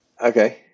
okay